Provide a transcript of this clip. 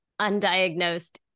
undiagnosed